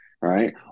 right